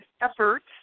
efforts